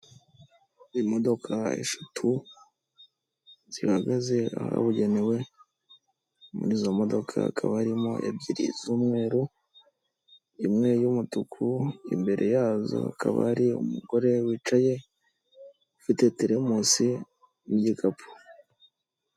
Imodoka eshatu zihagaze ahabugenewe, muri izo modoka hakaba haribo ebyiri z'umweru, imwe y'umutuku, imbere yazo hakaba hari umugore wicaye, ufite teremusi n'igikapu.